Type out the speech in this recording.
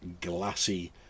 glassy